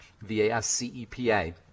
V-A-S-C-E-P-A